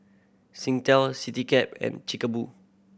Singtel Citycab and Chic Boo